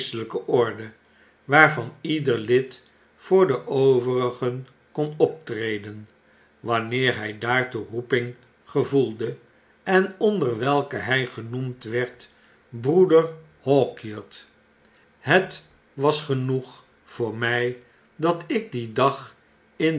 geestelyke orde waarvan ieder lid voor de overigen kon optreden wanneer hjj daartoe roeping gevoelde en onder welke hy genoemd werd broeder hawkyard het was genoeg voor my dat ik dien dag in